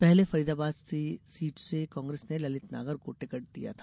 पहले फरीदाबाद से सीट से कांग्रेस ने ललित नागर को टिकट दिया था